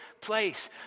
place